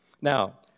Now